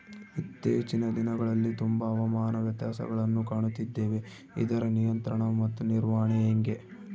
ಇತ್ತೇಚಿನ ದಿನಗಳಲ್ಲಿ ತುಂಬಾ ಹವಾಮಾನ ವ್ಯತ್ಯಾಸಗಳನ್ನು ಕಾಣುತ್ತಿದ್ದೇವೆ ಇದರ ನಿಯಂತ್ರಣ ಮತ್ತು ನಿರ್ವಹಣೆ ಹೆಂಗೆ?